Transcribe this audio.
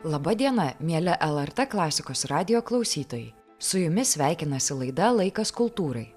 laba diena mieli lrt klasikos radijo klausytojai su jumis sveikinasi laida laikas kultūrai